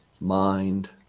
mind